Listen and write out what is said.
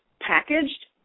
packaged